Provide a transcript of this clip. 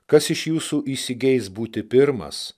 kas iš jūsų įsigeis būti pirmas